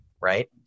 Right